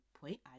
point